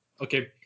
Okay